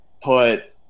put